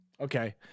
Okay